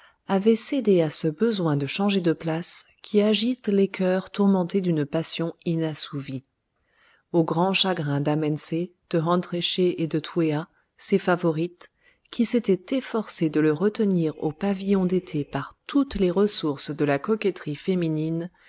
avait cédé à ce besoin de changer de place qui agite les cœurs tourmentés d'une passion inassouvie au grand chagrin d'amensé de hont reché et de twéa ses favorites qui s'étaient efforcées de le retenir au pavillon d'été par toutes les ressources de la coquetterie féminine